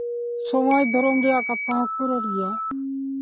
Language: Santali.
ᱥᱚᱢᱟᱡᱽ ᱫᱷᱚᱨᱚᱢ ᱨᱮᱭᱟᱜ ᱠᱟᱛᱷᱟ ᱦᱚᱸᱠᱚ ᱨᱚᱲ ᱜᱮᱭᱟ